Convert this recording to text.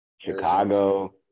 Chicago